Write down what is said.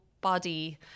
body